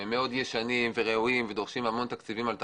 הם מאוד ישנים ורעועים ודורשים המון תקציבים על תחזוקה.